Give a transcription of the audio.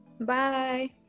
Bye